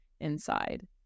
inside